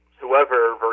whoever